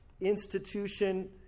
institution